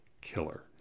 Killer